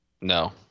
no